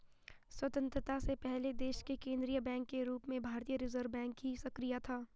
स्वतन्त्रता से पहले देश के केन्द्रीय बैंक के रूप में भारतीय रिज़र्व बैंक ही सक्रिय था